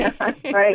Right